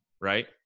right